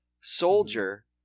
soldier